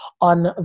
on